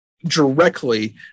directly